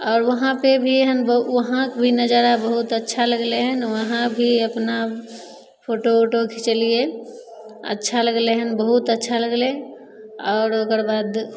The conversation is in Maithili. आओर वहाँपर भी एहन वहाँके भी नजारा बहुत अच्छा लागलै हँ वहाँ भी अपना फोटो उटो खिचेलिए अच्छा लागलै हँ बहुत अच्छा लागलै आओर ओकरबाद